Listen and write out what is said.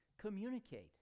communicate